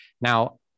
Now